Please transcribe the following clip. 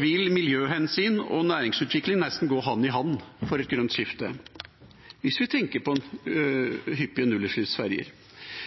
vil miljøhensyn og næringsutvikling nesten gå hånd i hånd for et grønt skifte, hvis vi tenker på hyppige nullutslippsferger.